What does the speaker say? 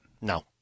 no